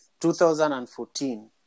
2014